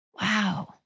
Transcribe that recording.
Wow